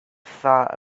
thought